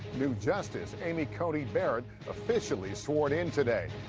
new justice amy coney barrett officially sworn in today.